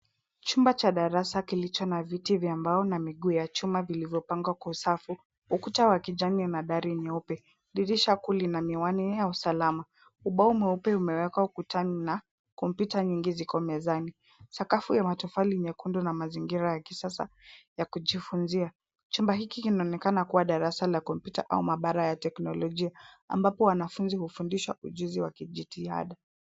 Chumba cha darasa kilicho na viti vya mbao na miguu ya chuma vilivyopangwa kwa safu. Ukuta wa kijani na dari nyeupe. Dirisha kuu lina miwani ya usalama. Ubao mweupe umewekwa ukutani na kompyuta nyingi ziko mezani. Sakafu ya matofali nyekundu na mazingira ya kisasa ya kujifunzia. Chumba hiki kinaonekana kuwa darasa la kompyuta au maabara ya teknolojia ambapo wanafunzi hufundishwa ujuzi wa kijitihada.